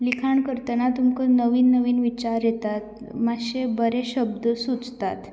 लिखाण करतना तुमकां नवीन नवीन विचार येतात मातशें बरें शब्द सुचतात